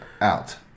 out